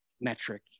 metric